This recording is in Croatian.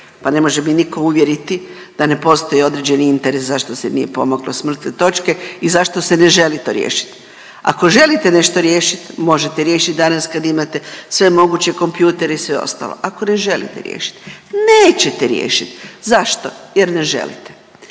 Pa ne može me nitko uvjeriti da ne postoji određeni interes zašto se nije pomaklo s mrtve točke i zašto se ne želi to riješiti. Ako želite nešto riješiti možete riješiti danas kad imate sve moguće kompjutere i sve ostalo. Ako ne želite riješiti nećete riješiti. Zašto? Jer ne želite.